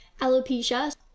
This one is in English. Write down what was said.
alopecia